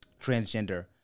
transgender